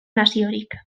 naziorik